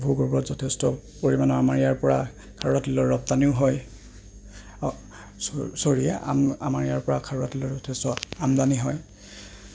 ভূগৰ্ভত যথেষ্ট পৰিমাণৰ আমাৰ ইয়াৰপৰা খাৰুৱা তেলৰ ৰপ্তানিও হয় চৰি আমাৰ ইয়াৰপৰা খাৰুৱা তেলৰ যথেষ্ট আমদানি হয়